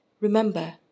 Remember